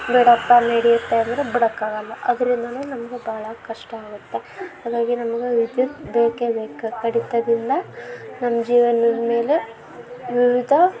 ಬಿಡಪ್ಪ ನಡೆಯುತ್ತೆ ಅಂದ್ರೆ ಬಿಡೋಕ್ಕಾಗಲ್ಲ ಅದ್ರಿಂದನೂ ನಮಗೆ ಭಾಳ ಕಷ್ಟ ಆಗುತ್ತೆ ಹಾಗಾಗಿ ನಮ್ಗೆ ವಿದ್ಯುತ್ ಬೇಕೇ ಬೇಕು ಕಡಿತದಿಂದ ನಮ್ಮ ಜೀವನದ ಮೇಲೆ ವಿವಿಧ